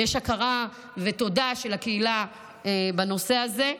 יש הכרה ותודה של הקהילה בנושא הזה,